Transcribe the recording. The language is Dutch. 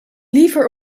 liever